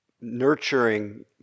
nurturing